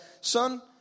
Son